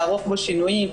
לערוך בו שינויים,